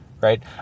right